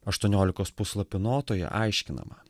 aštuoniolikos puslapių notoje aiškinama